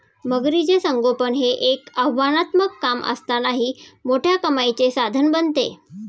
मगरीचे संगोपन हे एक आव्हानात्मक काम असतानाही मोठ्या कमाईचे साधन बनते